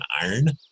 iron